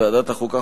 ועדת החוקה,